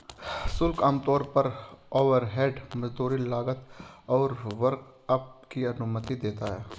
शुल्क आमतौर पर ओवरहेड, मजदूरी, लागत और मार्कअप की अनुमति देते हैं